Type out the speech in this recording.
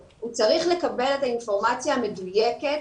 הוא צריך לקבל את האינפורמציה המדויקת,